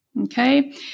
okay